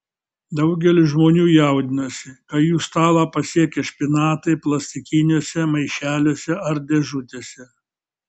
daugelis žmonių jaudinasi kai jų stalą pasiekia špinatai plastikiniuose maišeliuose ar dėžutėse